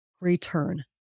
return